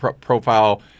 profile